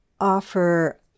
offer